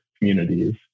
communities